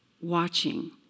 watching